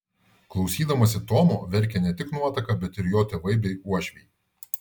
klausydamasi tomo verkė ne tik nuotaka bet ir jo tėvai bei uošviai